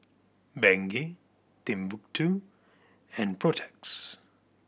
Bengay Timbuk Two and Protex